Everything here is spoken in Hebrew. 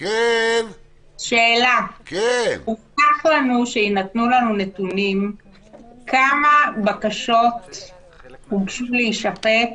שאלה: הובטח לנו שיינתנו לנו נתונים כמה בקשות הוגשו להישפט